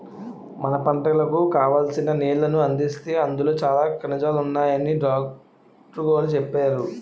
మన పంటలకు కావాల్సిన నీళ్ళను అందిస్తే అందులో చాలా ఖనిజాలున్నాయని డాట్రుగోరు చెప్పేరు